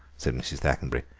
said mrs. thackenbury.